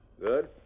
Good